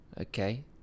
Okay